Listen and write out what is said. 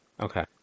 Okay